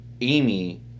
Amy